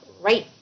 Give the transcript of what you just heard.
right